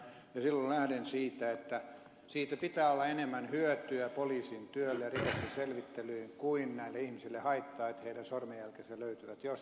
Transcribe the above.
ja silloin lähden siitä että siitä pitää olla enemmän hyötyä poliisin työssä ja rikoksen selvittelyssä kuin on haittaa näille ihmisille siitä että heidän sormenjälkensä löytyvät jostain ja ne selvitetään